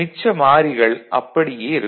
மிச்ச மாறிகள் அப்படியே இருக்கும்